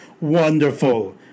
Wonderful